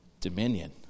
Dominion